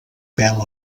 pèl